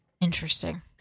interesting